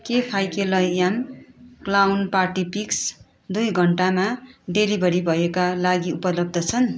के Fakelman clown party picks दुई घन्टामा डेलिभरी भएकाका लागि उपलब्ध छन्